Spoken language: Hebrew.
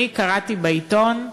אני קראתי בעיתון.